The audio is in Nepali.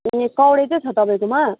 ए कौडे चाहिँ छ तपैकोमा